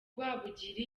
rwabugili